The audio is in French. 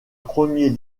premiers